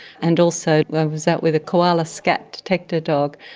and also i was out with a koala scat detector dog,